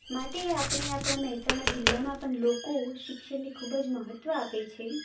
માટે આપણે આપણા મહેસાણા જિલ્લામાં પણ લોકો શિક્ષણને ખૂબ જ મહત્ત્વ આપે છે